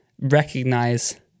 recognize